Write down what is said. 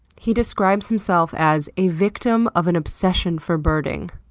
he describes himself as. a victim of an obsession for birding.